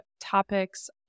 topics